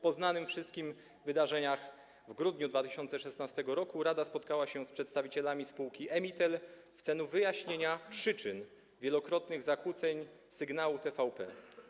Po znanych wszystkim wydarzeniach w grudniu 2016 r. rada spotkała się z przedstawicielami spółki Emitel w celu wyjaśnienia przyczyn wielokrotnych zakłóceń sygnału TVP.